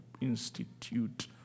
institute